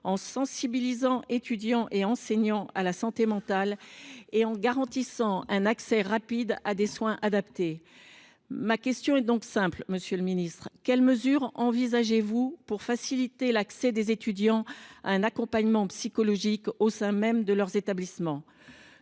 en sensibilisant étudiants et enseignants à la santé mentale, et en garantissant un accès rapide à des soins adaptés. Ma question est simple, monsieur le ministre : quelles mesures envisagez vous de prendre pour faciliter l’accès des étudiants à un accompagnement psychologique au sein même de leur établissement ?